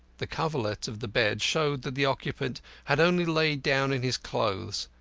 the coverlet of the bed showed that the occupant had only lain down in his clothes,